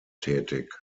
tätig